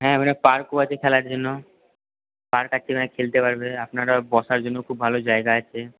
হ্যাঁ ওখানে পার্কও আছে খেলার জন্য পার্ক আছে ওরা খেলতে পারবে আপনারা বসার জন্য খুব ভালো জায়গা আছে